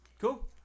Cool